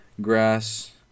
Grass